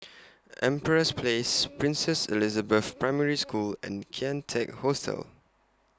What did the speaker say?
Empress Place Princess Elizabeth Primary School and Kian Teck Hostel